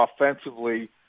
offensively